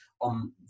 on